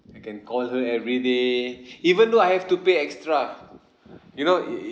you can call her everyday even though I have to pay extra you know it it